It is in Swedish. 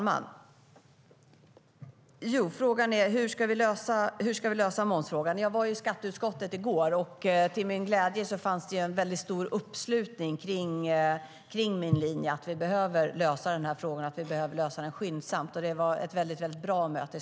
Fru talman! Hur ska vi lösa momsfrågan? Jag var i skatteutskottet i går, och till min glädje var det stor uppslutning för min linje att vi behöver lösa detta skyndsamt. Det var ett mycket bra möte.